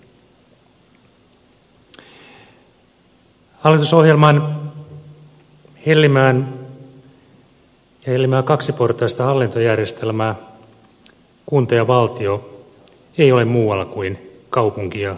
hallitusohjelman hellimää kaksiportaista hallintojärjestelmää kunta ja valtio ei ole muualla kuin kaupunki ja lilliputtivaltioissa